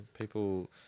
People